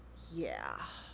yeah.